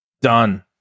Done